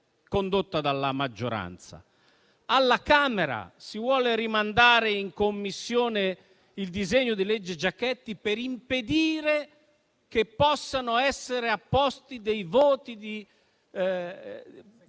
alla Camera, si vuole rimandare in Commissione il disegno di legge Giachetti per impedire che possano essere espressi voti segreti,